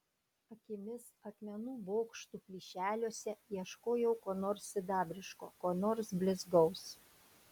akimis akmenų bokštų plyšeliuose ieškojau ko nors sidabriško ko nors blizgaus